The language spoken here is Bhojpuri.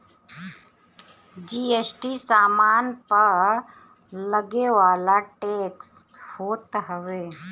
जी.एस.टी सामान पअ लगेवाला टेक्स होत हवे